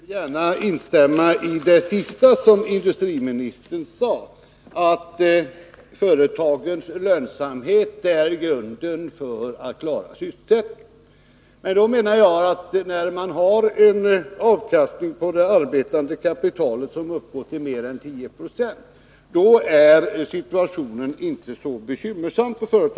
Herr talman! Jag vill gärna instämma i det senaste som industriministern sade, att företagens lönsamhet är grunden för att klara sysselsättningen. Men då menar jag att när man har en avkastning på det arbetande kapitalet som uppgår till mer än 10 96, är situationen inte så bekymmersam för företaget.